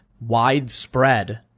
widespread